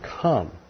come